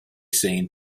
seen